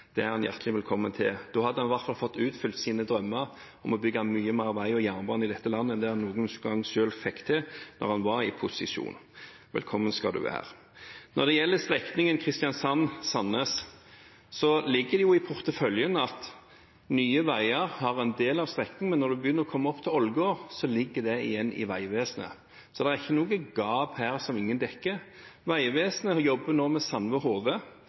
Det er han hjertelig velkommen til. Da hadde han i hvert fall fått oppfylt sine drømmer om å bygge mye mer vei og jernbane i dette landet enn det han noen gang selv fikk til da han var i posisjon. Velkommen skal du være! Når det gjelder strekningen Kristiansand–Sandnes: Det ligger i porteføljen at Nye Veier har en del av strekningen, men når en begynner å komme opp mot Ålgård, så ligger det igjen hos Vegvesenet. Så det er ikke noe gap her som ingen dekker. Vegvesenet jobber nå med